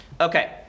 Okay